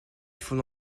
fonde